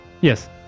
Yes